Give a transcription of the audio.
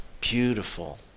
beautiful